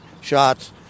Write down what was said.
shots